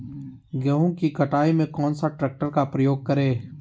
गेंहू की कटाई में कौन सा ट्रैक्टर का प्रयोग करें?